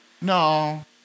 No